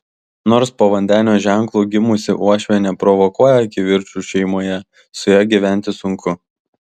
nors po vandenio ženklu gimusi uošvė neprovokuoja kivirčų šeimoje su ja gyventi sunku